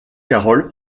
carroll